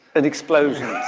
and explosions.